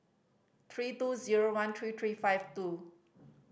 three two zero one three three five two